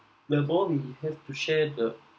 the more we have to share the